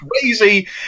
crazy